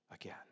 again